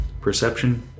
perception